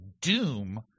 doom